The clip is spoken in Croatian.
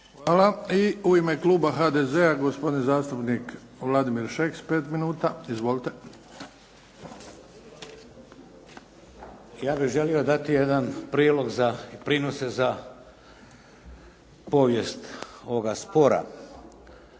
Hvala. I u ime kluba HDZ-a, gospodin zastupnik Vladimir Šeks pet minuta. Izvolite. **Šeks, Vladimir (HDZ)** Ja bih želio dati jedan prilog, prinos za povijest ovoga spora.